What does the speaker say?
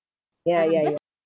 ya ya ya